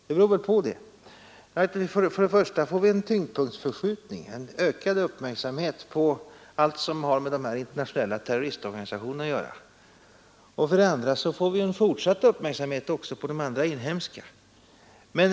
Det beror väl på hur man lägger upp det hela. För det första får vi en tyngdpunktsförskjutning — en ökad uppmärksamhet på allt som har med de här internationella terroristorganisationerna att göra — och för det andra får vi en fortsatt uppmärksamhet också på de andra, de inhemska organisationerna.